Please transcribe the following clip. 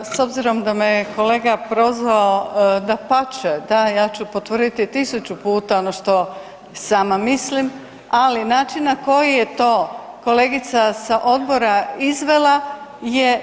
Čl. 238. s obzirom da me je kolega prozvao, dapače da ja ću potvrditi 1000 puta ono što sama mislim, ali način na koji je to kolegica sa odbora izvela je,